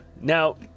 Now